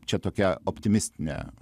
čia tokia optimistinė